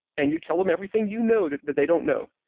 and you tell them everything you know that that they don't know.